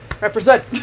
Represent